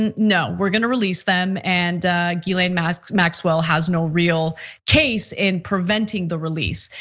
and no, we're gonna release them and ghislaine maxwell maxwell has no real case in preventing the release.